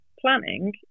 planning